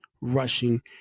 rushing